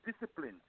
discipline